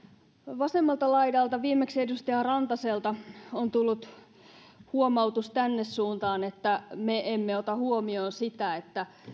vasemmalta laidalta viimeksi edustaja rantaselta on tullut tänne suuntaan huomautus että me emme ota huomioon sitä että